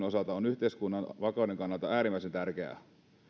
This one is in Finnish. osalta on yhteiskunnan vakauden kannalta äärimmäisen tärkeää